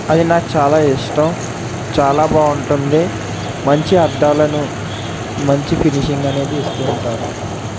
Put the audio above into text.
అది నాకు చాలా ఇష్టం చాలా బాగుంటుంది మంచి అద్దాలను మంచి ఫినిషింగ్ అనేది ఇస్తు ఉంటారు